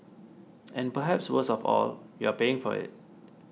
and perhaps worst of all you are paying for it